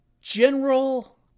general